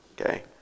Okay